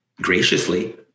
graciously